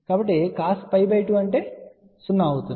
కాబట్టి β lπ2 గా వస్తుంది